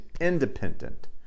independent